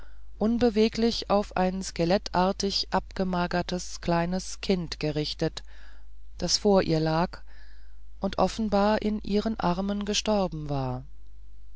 unbeweglich auf ein skelettartig abgemagertes kleines kind gerichtet das vor ihr lag und offenbar in ihren armen gestorben war